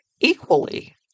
equally